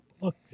Look